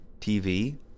TV